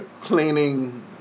cleaning